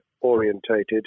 orientated